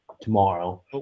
Tomorrow